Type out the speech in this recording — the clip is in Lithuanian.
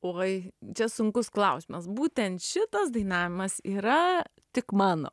oi čia sunkus klausimas būtent šitas dainavimas yra tik mano